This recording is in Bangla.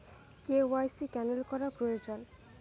কে.ওয়াই.সি ক্যানেল করা প্রয়োজন?